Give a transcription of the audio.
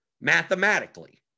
Mathematically